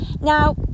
Now